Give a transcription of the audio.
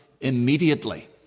immediately